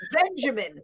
Benjamin